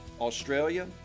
Australia